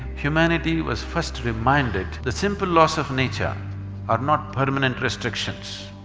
humanity was first reminded, the simple laws of nature are not permanent restrictions.